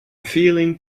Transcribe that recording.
feeling